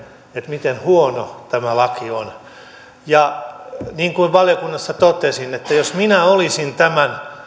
miten huono tämä laki on niin kuin valiokunnassa totesin jos minä olisin tämän